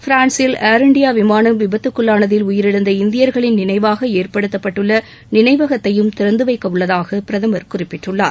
பிரான்சில் ஏர்இன்டியா விமானம் விபத்துக்குள்ளானதில் உயிரிழந்த இந்தியர்களின் நினைவாக ஏற்படுத்தப்பட்டுள்ள நினைவகத்தையும் திறந்து வைக்க உள்ளதாக பிரதமர் குறிப்பிட்டுள்ளார்